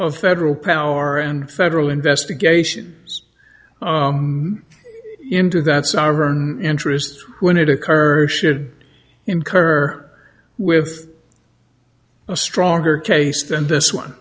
of federal power and federal investigations into that's our interest when it occurs should incur with a stronger case than this one